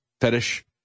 fetish